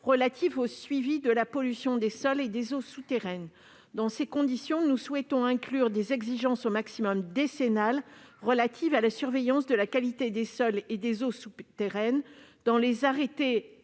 relatifs au suivi de la pollution des sols et des eaux souterraines. Dans ces conditions, nous souhaitons inclure des exigences relatives à la surveillance, au maximum décennale, de la qualité des sols et des eaux souterraines dans les arrêtés